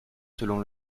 selon